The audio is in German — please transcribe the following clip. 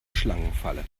schlangenfalle